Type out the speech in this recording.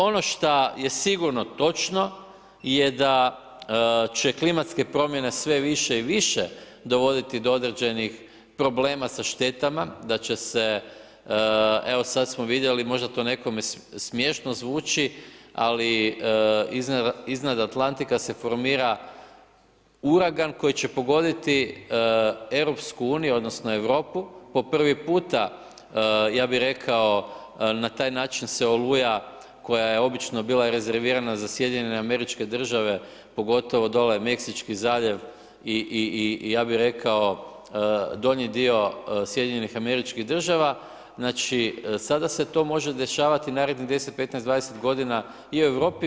Ono šta je sigurno točno je da će klimatske promjene sve više i više dovoditi do određenih problema sa štetama, da će se evo sad smo vidjeli, možda to nekome smješno zvuči, ali iznad Atlantika se formira uragan koji će pogoditi EU, odnosno Europu po prvi puta, ja bih rekao na taj način se oluja koja je obično bila rezervirana za SAD, pogotovo dole Meksički zaljev i ja bih rekao donji dio SAD-a, znači sada se to može dešavati narednih 10, 15, 20 godina i u Europi.